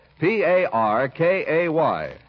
P-A-R-K-A-Y